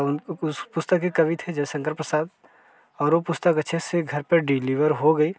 उनको कुछ पुस्तक के कवि थे जयशंकर प्रसाद और वो पुस्तक अच्छे से घर पे डिलीवर हो गई